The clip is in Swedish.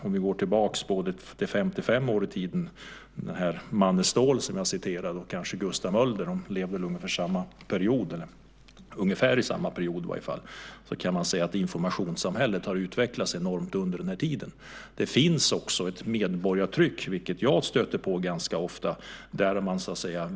Om vi går tillbaka 55 år i tiden till den här Manne Ståhl som jag citerade förut och kanske till Gustav Möller - de levde väl under ungefär samma period - kan man säga att informationssamhället har utvecklats enormt sedan dess. Här finns det också ett medborgartryck, vilket jag stöter på ganska ofta.